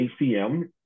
ACM